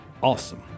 awesome